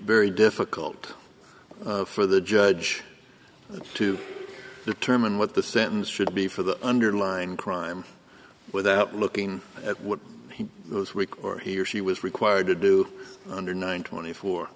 very difficult for the judge to determine what the sentence should be for the underlying crime without looking at what he was weak or he or she was required to do under nine twenty